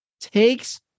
takes